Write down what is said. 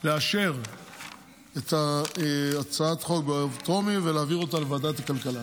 לאשר את הצעת החוק בקריאה הטרומית ולהעביר אותה לוועדת הכלכלה.